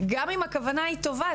גם אם הכוונה היא טובה,